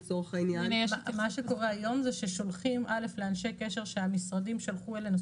מה שקורה היום זה ששולחים לאנשי קשר שהמשרדים שלחו אלינו,